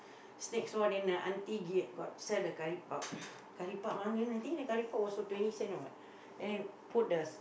snacks all then the auntie get got sell the curry puff curry puff ah I think the curry puff was for twenty cent or what and put the